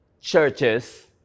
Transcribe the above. churches